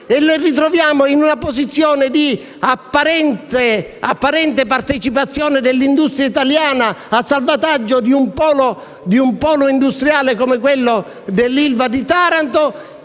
e lo ritroviamo in una posizione di apparente partecipazione dell'industria italiana al salvataggio di un polo industriale come quello dell'ILVA di Taranto,